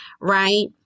right